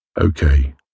Okay